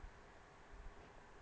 TY-